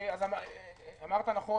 אמרת נכון